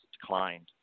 declined